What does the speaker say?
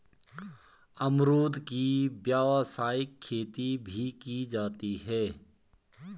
अमरुद की व्यावसायिक खेती भी की जाती है